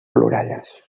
ploralles